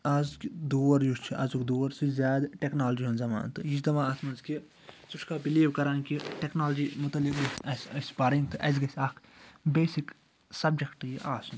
آز کہِ دور یُس چھُ آزُک دور سُہ چھُ زیادٕ ٹیٚکنالجی ہُنٛد زمانہٕ تہٕ یہِ چھُ دَپان اتھ مَنٛز کہِ ژٕ چھُکھا بِلیٖو کَران کہ ٹیٚکنالجی مُتعلِق اَس اَسہِ پَرٕنۍ تہٕ اَسہِ گَژھِ اکھ بیسِک سَبجَکٹ یہِ آسُن